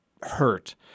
hurt